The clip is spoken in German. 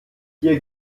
hier